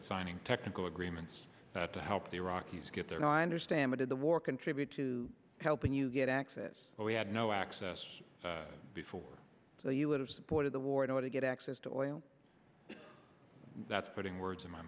at signing technical agreements not to help the iraqis get there no i understand but in the war contribute to helping you get access we had no access before so you would have supported the war in order to get access to oil that's putting words in my